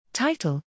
Title